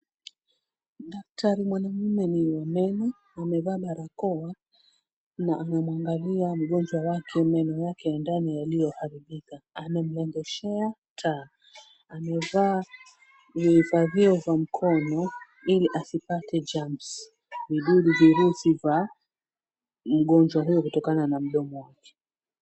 Daktari mwanamme ni wa meno, amevaa barakoa na anamwangalia mgonjwa wake meno yake ya ndani yaliyo haribika, anamuegeshea taa, amevaa vihifadhio za mkono ili asipate germs vidudu virusi vya mgonjwa huyo kutokana na ugonjwa wake.